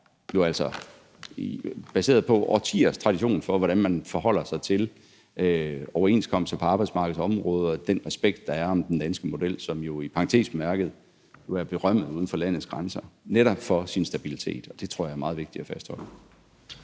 som er baseret på årtiers tradition for, hvordan man forholder sig til overenskomster på arbejdsmarkedsområdet og den respekt, der er om den danske model, som jo i parentes bemærket er berømmet uden for landets grænser, netop for sin stabilitet, og det tror jeg er meget vigtigt at fastholde.